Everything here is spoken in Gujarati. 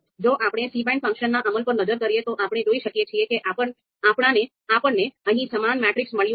જો આપણે cbind ફંક્શનના અમલ પર નજર કરીએ તો આપણે જોઈ શકીએ છીએ કે આપણને અહીં સમાન મેટ્રિક્સ મળ્યું છે